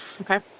Okay